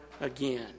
again